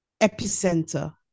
epicenter